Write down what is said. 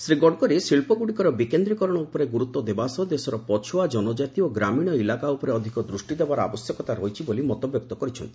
ଶ୍ରୀ ଗଡ଼କରୀ ଶିଳ୍ପଗୁଡ଼ିକର ବିକେନ୍ଦ୍ରୀକରଣ ଉପରେ ଗୁରୁତ୍ୱ ଦେବା ସହ ଦେଶର ପଛୁଆ ଜନଙ୍କାତି ଓ ଗ୍ରାମୀଣ ଇଲାକା ଉପରେ ଅଧିକ ଦୃଷ୍ଟି ଦେବାର ଆବଶ୍ୟକତା ରହିଛି ବୋଲି ମତବ୍ୟକ୍ତ କରିଛନ୍ତି